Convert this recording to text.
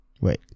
Wait